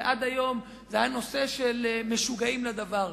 עד היום זה היה נושא של משוגעים לדבר,